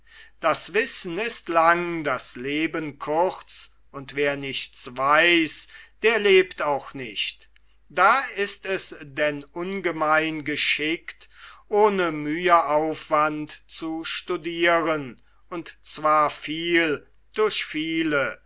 das wissen ist lang das leben kurz und wer nichts weiß der lebt auch nicht da ist es denn ungemein geschickt ohne müheaufwand zu studiren und zwar viel durch viele